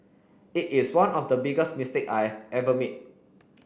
it is one of the biggest mistake I've ever made